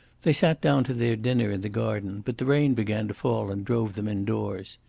they sat down to their dinner in the garden, but the rain began to fall and drove them indoors.